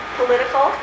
political